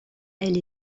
elle